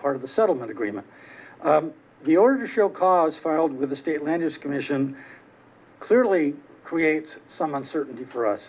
part of the settlement agreement the order show cause filed with the state land his commission clearly creates some uncertainty for us